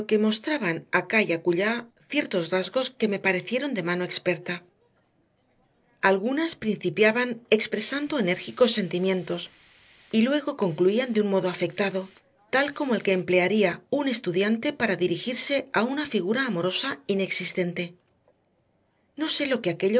mostraban acá y acullá ciertos rasgos que me parecieron de mano más experta algunas principiaban expresando enérgicos sentimientos y luego concluían de un modo afectado tal como el que emplearía un estudiante para dirigirse a una figura amorosa inexistente no sé lo que aquello